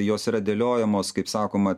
jos yra dėliojamos kaip sakoma